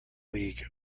league